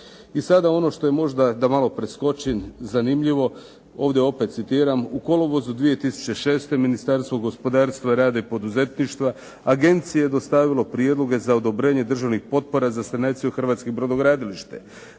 I sada ono što je možda, da malo preskočim, zanimljivo, ovdje opet citiram: "U kolovozu 2006. Ministarstvo gospodarstva, rada i poduzetništva Agenciji je dostavilo prijedloge za odobrenje državnih potpora za sanaciju hrvatskih brodogradilišta.